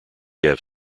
have